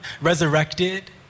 resurrected